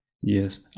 Yes